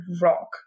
rock